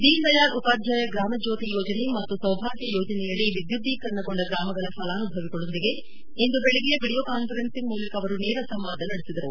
ದೀನ್ದಯಾಳ್ ಉಪಾಧ್ಯಾಯ ಗ್ರಾಮಜ್ಣೋತಿ ಯೋಜನೆ ಮತ್ತು ಸೌಭಾಗ್ಯ ಯೋಜನೆಯಡಿ ವಿದ್ಯುದೀಕರಣಗೊಂಡ ಗ್ರಾಮಗಳ ಫಲಾನುಭವಿಗಳೊಂದಿಗೆ ಇಂದು ಬೆಳಗ್ಗೆ ವಿಡಿಯೋ ಕಾಸ್ವರೆನ್ಸಿಂಗ್ ಮೂಲಕ ಅವರು ನೇರ ಸಂವಾದ ನಡೆಸಿದರು